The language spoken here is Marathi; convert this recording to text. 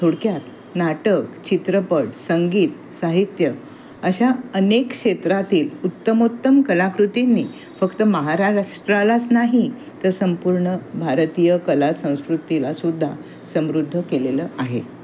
थोडक्यात नाटक चित्रपट संगीत साहित्य अशा अनेक क्षेत्रातील उत्तमोत्तम कलाकृतींनी फक्त महाराष्ट्रालाच नाही तर संपूर्ण भारतीय कला संस्कृतीलासुद्धा समृद्ध केलेलं आहे